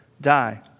die